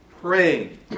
praying